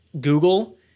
Google